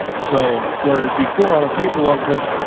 so whereas before on a paper logbook,